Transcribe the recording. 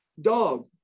dog